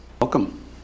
Welcome